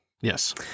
Yes